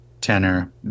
tenor